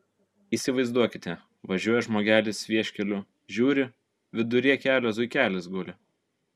įsivaizduokite važiuoja žmogelis vieškeliu žiūri viduryje kelio zuikelis guli